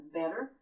better